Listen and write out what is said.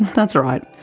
that's right,